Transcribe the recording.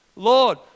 Lord